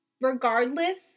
Regardless